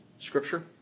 scripture